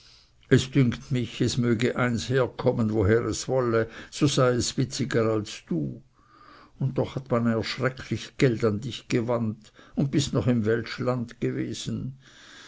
es dünkt mich es möge eins herkommen woher es wolle so sei es witziger als du und doch hat man ein erschrecklich geld an dich gewandt und bist noch im weltschland gewesen